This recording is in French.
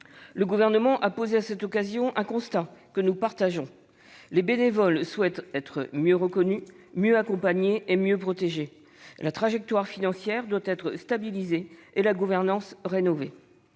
le Gouvernement a dressé un constat que nous partageons : les bénévoles souhaitent être mieux reconnus, mieux accompagnés et mieux protégés. La trajectoire financière doit être stabilisée et la gouvernance rénovée.